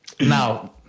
Now